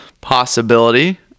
possibility